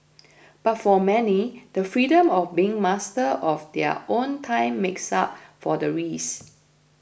but for many the freedom of being master of their own time makes up for the risks